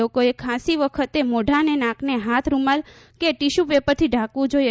લોકોએ ખાંસી વખતે મોંઢા અને નાકને હાથ રૂમાલ કે ટીસ્યૂ પેપરથી ઢાંકવું જોઈએ